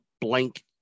blank